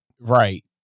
right